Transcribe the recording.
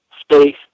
space